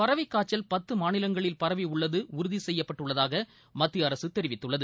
பறவைக் காய்ச்சல் பத்து மாநிலங்களில் பரவி உள்ளது உறுதி செய்யப்பட்டுள்ளதாக மத்திய அரசு தெரிவித்துள்ளது